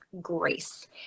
grace